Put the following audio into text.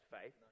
faith